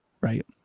Right